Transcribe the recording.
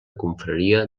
confraria